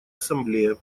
ассамблея